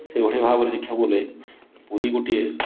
ସେଇଭଳି ଭାବରେ ଦେଖିବାକୁ ଗଲେ ପୁରୀ ଗୋଟିଏ